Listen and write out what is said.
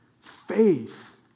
Faith